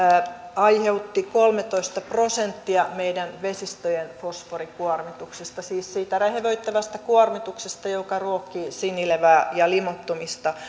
aiheutti kolmetoista prosenttia meidän vesistöjemme fosforikuormituksesta siis siitä rehevöittävästä kuormituksesta joka ruokkii sinilevää ja limoittumista